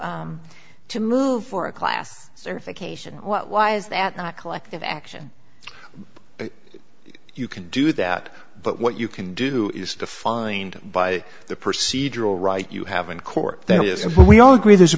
to to move for a class certification why is that not collective action you can do that but what you can do is defined by the procedural right you have in court there is a but we all agree there's a